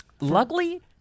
Luckily